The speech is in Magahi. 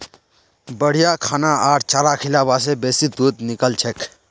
बढ़िया खाना आर चारा खिलाबा से बेसी दूध निकलछेक